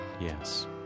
Yes